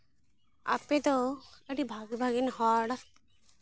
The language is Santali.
ᱟᱯᱮ ᱫᱚ ᱟᱹᱰᱤ ᱵᱷᱟᱜᱮ ᱵᱷᱟᱜᱮᱱ ᱦᱚᱲ